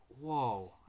whoa